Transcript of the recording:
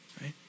right